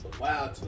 Wow